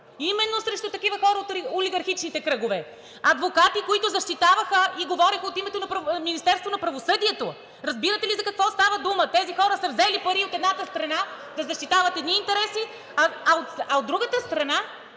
Именно срещу такива хора от олигархичните кръгове. Адвокати, които защитаваха и говореха от името на Министерството на правосъдието. Разбирате ли за какво става дума? Тези хора са взели пари от едната страна да защитават едни интереси, а от другата страна